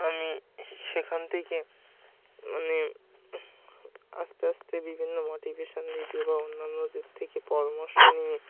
আমি সেখান থেকে মানে আস্তে আস্তে বিভিন্ন মোটিভেশান ভিডিও বা অন্যান্যদের থেকে পরামর্শ নিয়ে